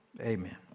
Amen